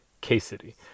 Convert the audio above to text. K-City